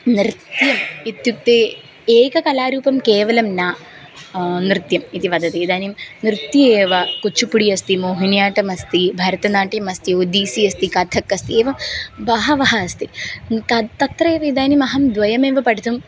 नृत्यम् इत्युक्ते एककलारूपं केवलं न नृत्यम् इति वदति इदानीं नृत्ये एव कुच्चुपुडि अस्ति मोहिनि आटम् अस्ति भरतनाट्यम् अस्ति ओदीसी अस्ति कथक् अस्ति एवं बहवः अस्ति त तत्रैव इदानीम् अहं द्वयमेव पठितुम्